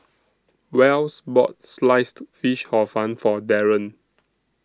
Wells bought Sliced Fish Hor Fun For Darron